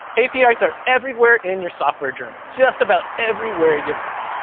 apis are everywhere in your software journey, just about everywhere you look.